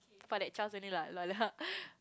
but that chores only lah lol [hur]